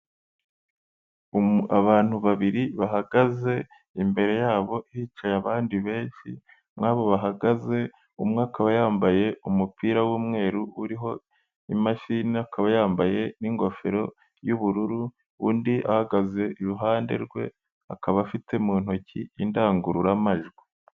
Abantu babiri bahagaze imbere yabo hicaye abandi benshi, mo abo bahagaze, umwe akaba yambaye umupira w'umweru uriho imashini, akaba yambaye n'ingofero y'ubururu, undi ahagaze iruhande rwe, akaba afite mu ntoki indangururamajwi.